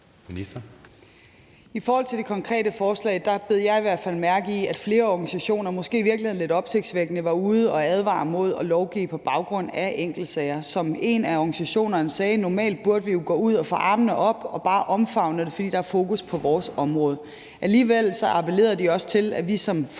I forhold til det konkrete forslag bed jeg i hvert fald mærke i, at flere organisationer, måske i virkeligheden lidt opsigtsvækkende, var ude at advare mod at lovgive på baggrund af enkeltsager. Som en af organisationerne sagde: Normalt burde det jo være sådan, at vi ikke ville kunne få armene ned, og at vi bare ville omfavne det, fordi der var fokus på vores område. Alligevel appellerede de også til, at vi som Folketing ser